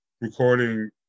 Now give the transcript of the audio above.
recording